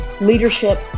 leadership